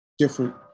different